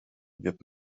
wird